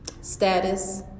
status